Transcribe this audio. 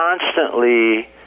constantly